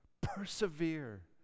Persevere